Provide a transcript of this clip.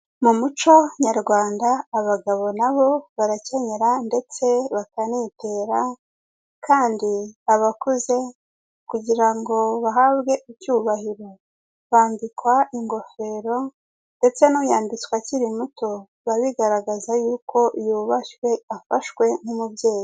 Mu muco nyarwanda, abagabo na bo barakenyera ndetse bakanitera, kandi abakuze kugira ngo bahabwe icyubahiro, bambikwa ingofero ndetse n'uyambitswe akiri muto biba bigaragaza yuko yubashywe afashwe nk'umubyeyi.